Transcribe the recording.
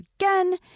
again